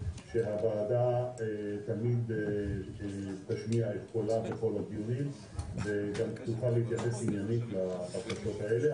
שהוועדה תמיד תשמיע את קולה וגם תוכל להתייחס עניינית לחקיקות האלה.